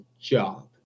job